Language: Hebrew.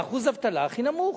באחוז האבטלה הכי נמוך.